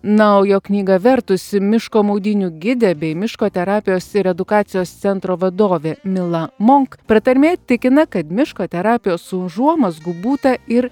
na o jo knygą vertusi miško maudynių gidė bei miško terapijos ir edukacijos centro vadovė mila monk pratarmėje tikina kad miško terapijos užuomazgų būta ir